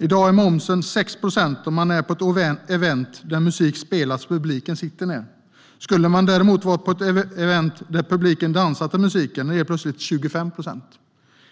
I dag är momsen 6 procent om man är på ett event där musik spelas och publiken sitter ned. Skulle man däremot vara på event där publiken dansar till musiken är momsen helt plötsligt 25 procent.